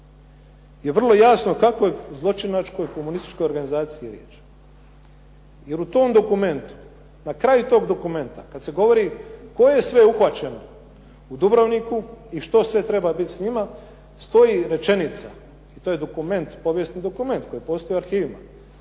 je vrlo jasno o kakvoj zločinačkoj, komunističkoj organizaciji je riječ. Jer u tom dokumentu, na kraju tog dokumenta kad se govori tko je sve uhvaćen u Dubrovniku i što sve treba biti s njima stoji rečenica i to je dokument, povijesni dokument koji postoji u arhivima,